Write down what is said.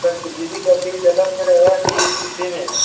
sir बिजली का bill अलग से रहेगा कि उसी में है